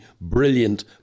brilliant